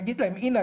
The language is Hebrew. נגיד להם הנה,